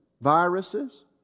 viruses